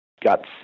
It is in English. got